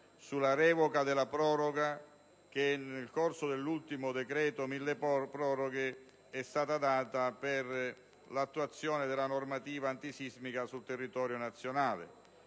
sulla revoca della proroga, decisa nel corso dell'ultimo decreto milleproroghe, ai fini dell'attuazione della normativa antisismica sul territorio nazionale.